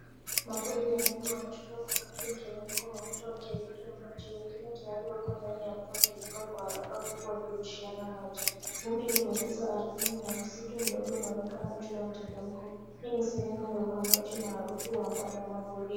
Makundi ya nyumbu wanashuka kwa kasi mteremko wa mto wakielekea maji. Wengine tayari wako ndani ya mto wakivuka kwa haraka huku wakirushiana maji. Vumbi limekuzwa ardhini na msitu mdogo unaonekana juu ya mteremko. Hii ni sehemu ya uhamaji maarufu wa wanyama porini.